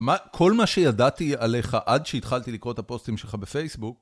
כל מה שידעתי עליך עד שהתחלתי לקרוא את הפוסטים שלך בפייסבוק...